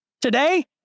today